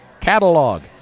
Catalog